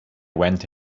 went